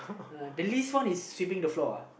uh the least one is sweeping the floor uh